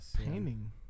painting